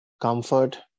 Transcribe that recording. Comfort